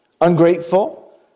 ungrateful